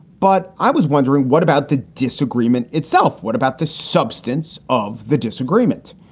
but i was wondering, what about the disagreement itself? what about the substance of the disagreement?